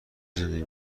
زندگی